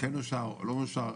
כן מאושר לא מאושר,